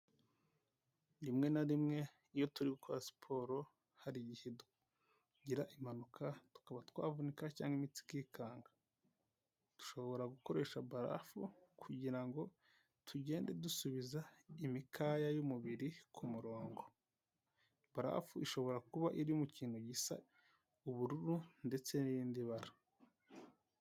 Rimwe na rimwe iyo turi gukora siporo hari igihe tugira impanuka tukaba twavunika cyangwa imitsi ikikanga, dushobora gukoresha barafu kugirango tugende dusubiza imikaya y'umubiri ku murongo, barafu ishobora kuba iri mu kintu gisa ubururu ndetse n'irindi bara.